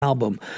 Album